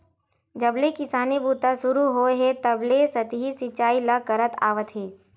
जब ले किसानी बूता सुरू होए हे तब ले सतही सिचई ल करत आवत हे